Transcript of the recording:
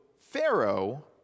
Pharaoh